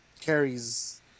Carrie's